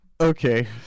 Okay